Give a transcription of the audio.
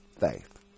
faith